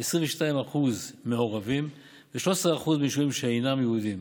22% מיישובים מעורבים ו-13% מיישובים שאינם יהודיים.